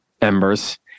embers